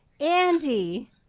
Andy